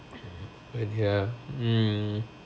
ya mm